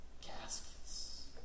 caskets